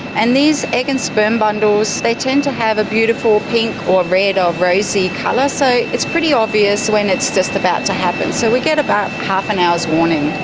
and these egg and sperm bundles, they tend to have a beautiful pink or red or rosy colour. so it's pretty obvious when it's just about to happen. so we get about half an hour's warning.